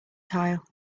tile